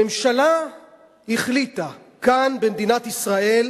הממשלה החליטה כאן, במדינת ישראל,